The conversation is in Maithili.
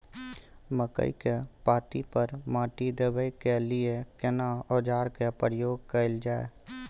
मकई के पाँति पर माटी देबै के लिए केना औजार के प्रयोग कैल जाय?